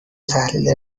تحلیل